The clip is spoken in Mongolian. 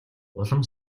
улам